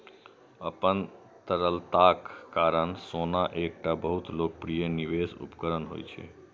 अपन तरलताक कारण सोना एकटा बहुत लोकप्रिय निवेश उपकरण होइ छै